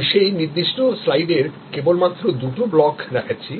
আমি সেই নির্দিষ্ট স্লাইডের কেবলমাত্র দুটো ব্লক দেখাচ্ছি